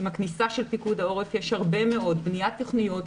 עם הכניסה של פיקוד העורף יש הרבה מאוד בניית תוכניות,